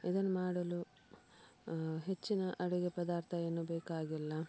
ಇದನ್ನು ಮಾಡಲು ಹೆಚ್ಚಿನ ಅಡುಗೆ ಪದಾರ್ಥ ಏನು ಬೇಕಾಗಿಲ್ಲ